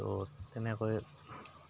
ত' তেনেকৈ